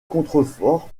contreforts